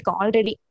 already